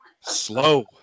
Slow